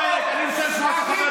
אני רוצה לשמוע את השאלה של החבר שלך.